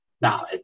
Now